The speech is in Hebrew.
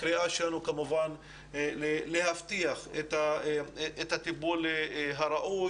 הקריאה שלנו כמובן להבטיח את הטיפול הראוי